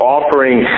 offering